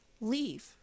Leave